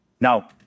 Now